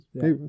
Hey